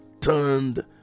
Turned